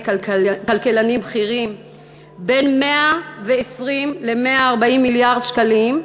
כלכלנים בכירים ב-120 140 מיליארד שקלים,